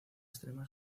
extrema